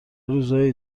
روزایی